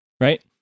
Right